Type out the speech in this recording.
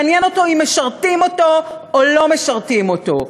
מעניין אותו אם משרתים אותו, או לא משרתים אותו.